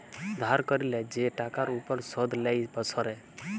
ধার ক্যরলে যে টাকার উপর শুধ লেই বসরে